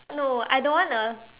no I don't want a